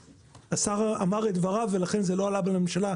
השר אמר את דבריו ולכן זה לא עלה בממשלה.